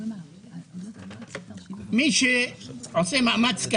מי שעושה מאמץ.